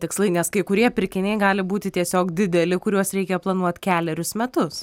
tikslai nes kai kurie pirkiniai gali būti tiesiog dideli kuriuos reikia planuot kelerius metus